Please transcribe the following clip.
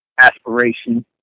aspiration